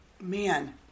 Man